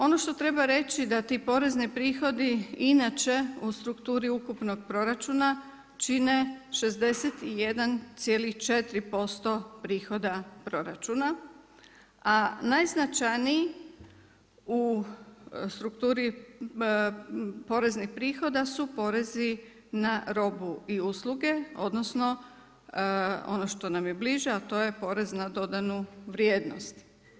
Ono što treba reći da ti porezni prihodi inače u strukturi ukupnog proračuna čine 61,4% prihoda proračuna, a najznačajniji u strukturi poreznih prihoda su porezi na robu i usluge, odnosno ono što nam je bliže a to je porez na dodanu vrijednost.